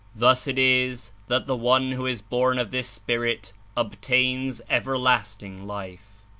thus it is that the one who is born of this spirit obtains everlasting life.